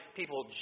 people